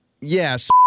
Yes